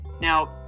Now